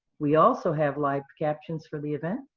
we also have live captions for the event,